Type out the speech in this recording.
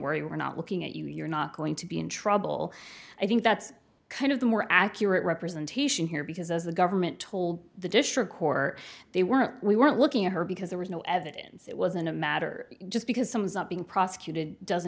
worry we're not looking at you you're not going to be in trouble i think that's kind of the more accurate representation here because as the government told the district court they weren't we weren't looking at her because there was no evidence it wasn't a matter just because someone's not being prosecuted doesn't